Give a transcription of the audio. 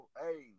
Hey